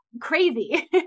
crazy